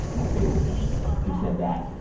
my favorite game who said that?